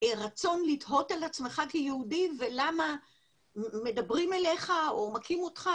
רצון לתהות על עצמך כיהודי ולמה מדברים אליך או מכים אותך,